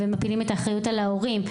ומפילים את האחריות על ההורים,